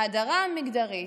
ההדרה המגדרית,